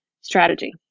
strategy